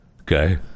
Okay